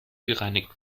gereinigt